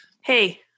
Hey